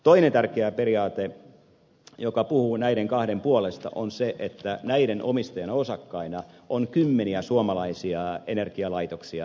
toinen tärkeä periaate joka puhuu näiden kahden puolesta on se että näiden omistajina osakkaina on kymmeniä suomalaisia energialaitoksia eri puolilla maata